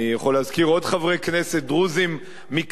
אני יכול להזכיר עוד חברי כנסת דרוזים מקדימה,